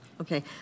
Okay